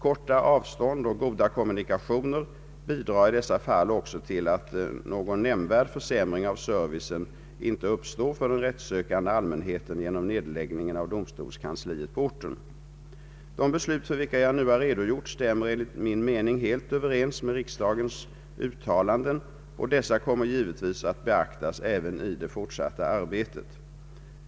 Korta avstånd och goda kommunikationer bidrar i dessa fall också till att någon nämnvärd försämring av servicen ej uppstår för den rättssökande allmänheten genom nedläggningen av domstolskansliet på orten. De beslut för vilka jag nu har redogjort stämmer enligt min mening helt överens med riksdagens uttalanden, och dessa kommer givetvis att beaktas även i det fortsatta arbetet.